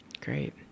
Great